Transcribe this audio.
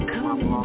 Come